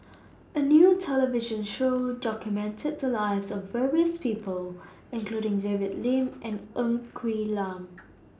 A New television Show documented The Lives of various People including David Lim and Ng Quee Lam